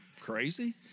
crazy